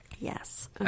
Yes